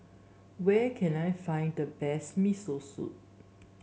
where can I find the best Miso Soup